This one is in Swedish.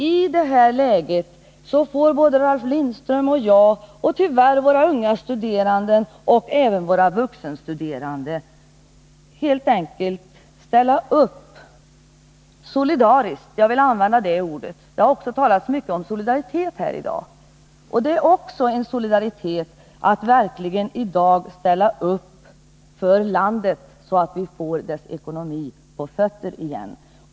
I det rådande läget får både Ralf Lindström och jag och tyvärr också våra unga studerande och våra vuxenstuderande helt enkelt ställa upp solidariskt — jag vill använda det ordet. Det har talats mycket om solidaritet här i dag, och det är också solidariskt att nu verkligen ställa upp för landet så att vi får dess ekonomi på fötter igen.